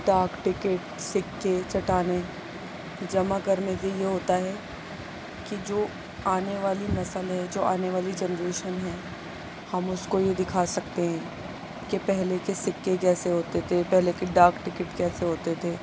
ڈاکٹ ticket سکے چٹانیں جمع کرنے کے یہ ہوتا ہے کہ جو آنے والی نسل ہے جو آنے والی جنریشن ہے ہم اس کو یہ دکھا سکتے ہیں کہ پہلے کے سکے کیسے ہوتے تھے پہلے کے ڈاکٹ ٹکٹ کیسے ہوتے تھے